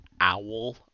owl